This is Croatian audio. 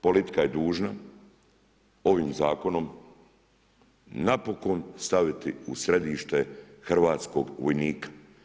Politika je dužna ovim zakonom napokon staviti u središte hrvatskog vojnika.